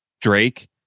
Drake